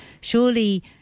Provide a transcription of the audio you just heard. surely